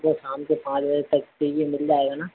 तो शाम के पाँच बजे तक चाहिए मिल जाएगा न